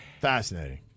Fascinating